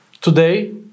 today